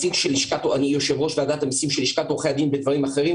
אני יושב-ראש ועדת המיסים של לשכת עורכי הדין בדברים אחרים,